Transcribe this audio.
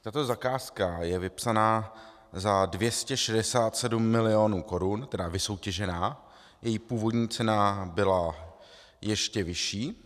Tato zakázka je vypsaná za 267 milionů korun, tedy vysoutěžená, její původní cena byla ještě vyšší.